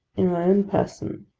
in my own person,